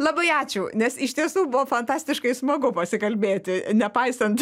labai ačiū nes iš tiesų buvo fantastiškai smagu pasikalbėti nepaisant